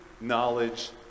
knowledge